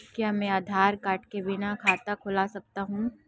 क्या मैं आधार कार्ड के बिना खाता खुला सकता हूं?